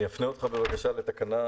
אני אפנה אותך בבקשה לתקנה